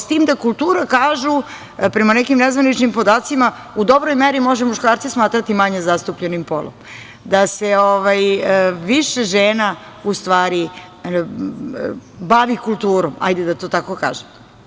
S tim da kultura, kažu, prema nekim nezvaničnim podacima u dobroj meri možemo muškarce smatrati manje zastupljenim polom, da se više žena u stvari bavi kulturom, hajde da to tako kažem.